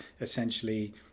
essentially